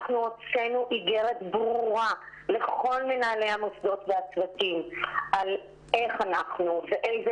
הוצאנו אגרת ברורה לכל מנהלי המוסדות והצוותים על איך אנחנו ואיזה